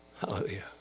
Hallelujah